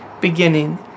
beginning